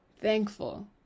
thankful